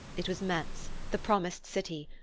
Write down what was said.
it was metz, the promised city,